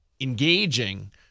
engaging